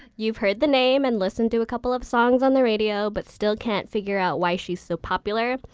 you've heard the name and listened to a couple of songs on the radio, but still can't figure out why she's so popular.